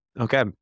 okay